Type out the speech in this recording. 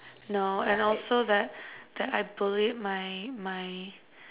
no and also that that I believe my my